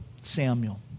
Samuel